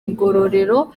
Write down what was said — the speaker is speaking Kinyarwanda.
ngororero